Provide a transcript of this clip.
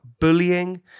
bullying